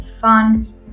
fun